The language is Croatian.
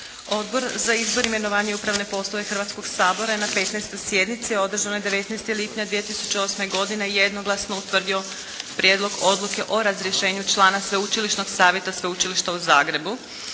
Odbor za izbor, imenovanje i upravne poslove Hrvatskog sabora je na 15. sjednici održanoj 19. lipnja 2008. godine jednoglasno utvrdio Prijedlog odluke o razrješenju člana Sveučilišnog savjeta Sveučilišta u Zagrebu.